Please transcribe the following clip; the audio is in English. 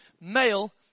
male